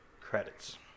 credits